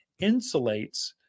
insulates